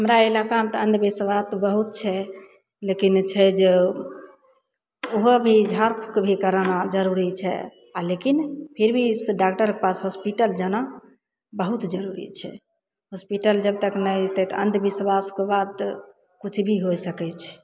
हमरा इलाकामे तऽ अन्धविश्वास तऽ बहुत छै लेकिन छै जे उहो भी झाड़ फूक भी कराना जरुरी छै आओर लेकिन फिरभी डाक्टरके पास हॉस्पिटल जाना बहुत जरुरी छै हॉस्पिटल जब तक नहि जेतय तऽ अन्धविश्वासके बात किुछ भी होइ सकय छै